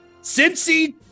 Cincy